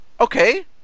Okay